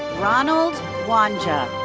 ronald wanja.